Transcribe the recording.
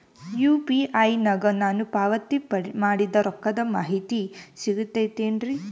UPI ನಾಗ ನಾನು ಪಾವತಿ ಮಾಡಿದ ರೊಕ್ಕದ ಮಾಹಿತಿ ಸಿಗುತೈತೇನ್ರಿ?